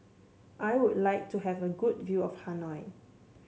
I would like to have a good view of Hanoi